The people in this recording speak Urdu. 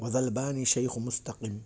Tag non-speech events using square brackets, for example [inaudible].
[unintelligible]